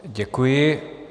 Děkuji.